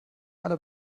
alle